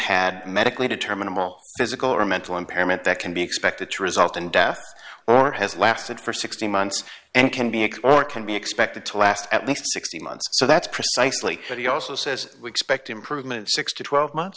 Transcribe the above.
had medically determinable physical or mental impairment that can be expected to result in death or has lasted for sixty months and can be or can be expected to last at least sixteen months so that's precisely what he also says we expect improvement six to twelve months